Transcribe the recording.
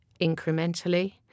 incrementally